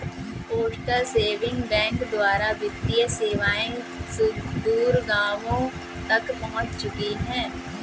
postal saving bank द्वारा वित्तीय सेवाएं सुदूर गाँवों तक पहुंच चुकी हैं